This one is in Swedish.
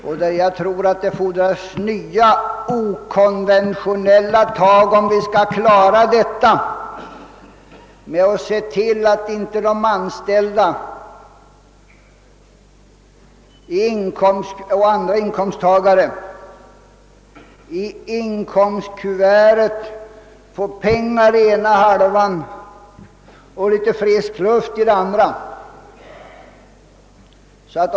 Därvidlag fordras det enligt min mening nya okonventionella tag, om vi skall kunna se till att det inte blir så att de anställda och andra inkomsttagare får pengar endast i ena halvan av lönekuvertet och frisk luft i den andra halvan.